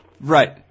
Right